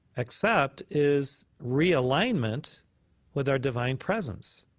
accept is realignment with our divine presence.